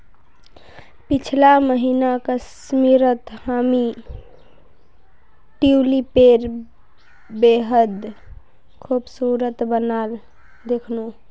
पीछला महीना कश्मीरत हामी ट्यूलिपेर बेहद खूबसूरत बगान दखनू